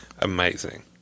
Amazing